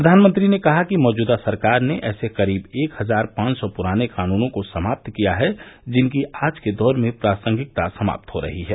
प्रधानमंत्री ने कहा कि मौजूदा सरकार ने ऐसे करीब एक हजार पांच सौ पुराने कानूनों को समाप्त किया है जिनकी आज के दौर में प्रासंगिकता समाप्त हो रही है